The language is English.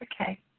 Okay